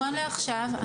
נכון לעכשיו,